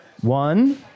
One